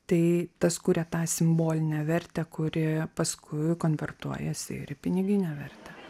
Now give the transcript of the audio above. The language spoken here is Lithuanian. tai tas kuria tą simbolinę vertę kurijoje paskui konvertuojasi ir piniginę vertę